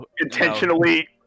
intentionally